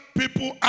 people